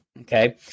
okay